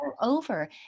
over